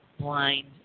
blind